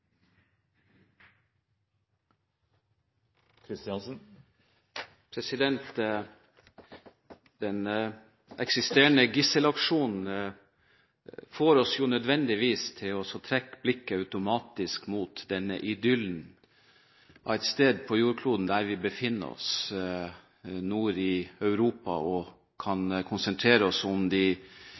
Den pågående gisselaksjonen får oss nødvendigvis automatisk til å trekke blikket mot denne idyllen av et sted på jordkloden hvor vi befinner oss, nord i Europa, og kan konsentrere oss om de